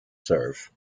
serve